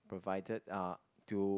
provided to